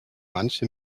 manche